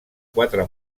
quatre